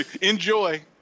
Enjoy